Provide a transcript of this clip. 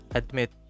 admit